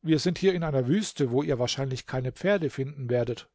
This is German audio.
wir sind hier in einer wüste wo ihr wahrscheinlich keine pferde finden werdet